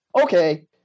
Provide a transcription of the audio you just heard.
okay